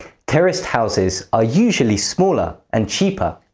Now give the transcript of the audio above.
terraced houses are usually smaller and cheaper.